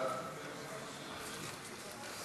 הצעת חוק של חבר הכנסת איציק שמולי,